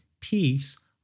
peace